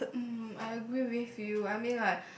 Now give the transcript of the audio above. um I agree with you I mean like